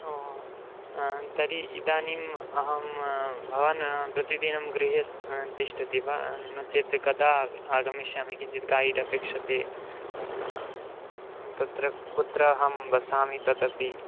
ओ हो हो तर्हि इदानीम् अहम भवान् प्रतिदिनं गृहे स्त् तिष्ठति वा नो चेत् कदा आगमिष्यामि किञ्चित् गयिड् अपेक्षते पुनः तत्र कुत्र अहं वसामि तथापि